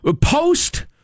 post